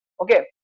Okay